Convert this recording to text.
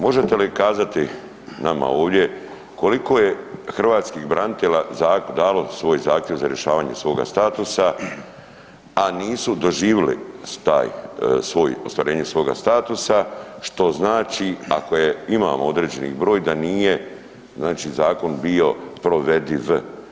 Možete li kazati nama ovdje koliko je hrvatskih branitelja dalo svoj zahtjev za svoga statusa, a nisu doživjeli taj svoj ostvarenje svoga statusa što znači ako je imamo određeni broj da nije znači zakon bio provediv.